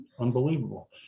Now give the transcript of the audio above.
unbelievable